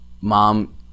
Mom